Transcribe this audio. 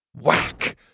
Whack